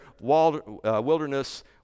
wilderness